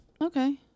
Okay